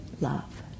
love